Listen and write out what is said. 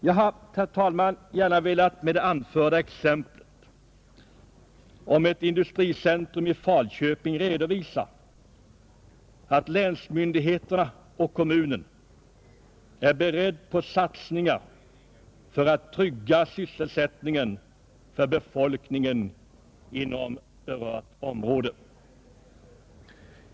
Jag har, herr talman, med det anförda exemplet om ett industricentrum i Falköping gärna velat redovisa att länsmyndigheterna och kommunen är beredda på satsningar för att trygga sysselsättningen för befolkningen inom berört område.